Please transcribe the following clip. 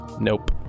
Nope